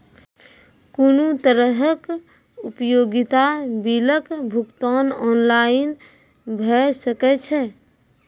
कुनू तरहक उपयोगिता बिलक भुगतान ऑनलाइन भऽ सकैत छै?